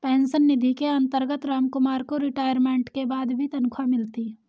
pension निधि के अंतर्गत रामकुमार को रिटायरमेंट के बाद भी तनख्वाह मिलती